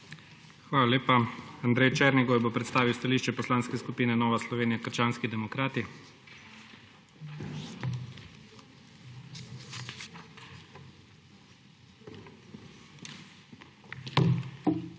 Hvala lepa. Andrej Černigoj bo predstavil stališče Poslanke skupine Nova Slovenija – krščanski demokrati. **ANDREJ